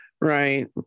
Right